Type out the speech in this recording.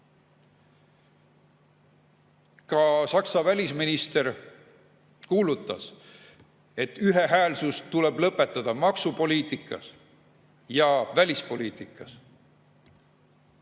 Ka Saksa välisminister kuulutas, et ühehäälsus tuleb lõpetada maksupoliitikas ja välispoliitikas. Aga